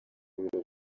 biro